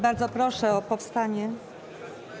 Bardzo proszę o powstanie.